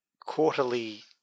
quarterly